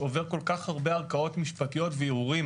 עוברים כל כך הרבה ערכאות משפטיות וערעורים,